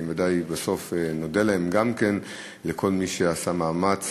ודאי שגם נודה בסוף לכל מי שעשה מאמץ